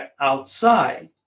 outside